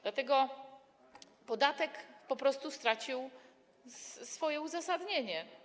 Dlatego podatek po prostu stracił swoje uzasadnienie.